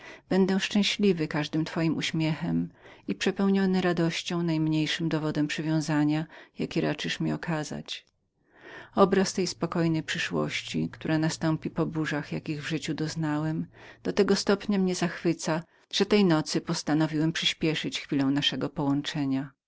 będę szczęśliwy jednym twoim uśmiechem i przepełniony radością najmniejszym dowodem przywiązania jaki raczysz mi okazać obraz tej spokojnej przyszłości która nastąpi po burzach jakich w życiu doznałem do tego stopnia mnie zachwyca że postanowiłem tej nocy przyśpieszyć chwilę naszego połączenia